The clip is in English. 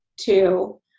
two